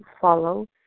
follow